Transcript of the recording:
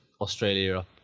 Australia